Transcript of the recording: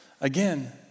again